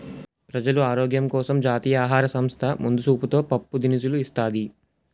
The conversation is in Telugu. ప్రజలు ఆరోగ్యం కోసం జాతీయ ఆహార సంస్థ ముందు సూపుతో పప్పు దినుసులు ఇస్తాది